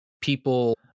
people